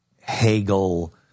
Hegel